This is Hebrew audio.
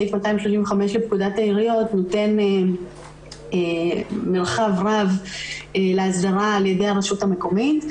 סעיף 285 לפקודת העיריות נותן מרחב רב להסדרה על ידי הרשות המקומית.